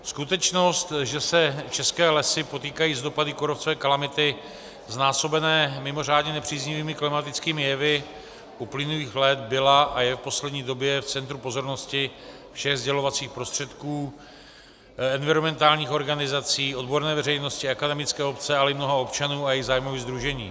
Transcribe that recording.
Skutečnost, že se české lesy potýkají s dopady kůrovcové kalamity znásobené mimořádně nepříznivými klimatickými jevy uplynulých let, byla a je v poslední době v centru pozornosti všech sdělovacích prostředků, environmentálních organizací, odborné veřejnosti, akademické obce, ale i mnoha občanů a jejich zájmových sdružení.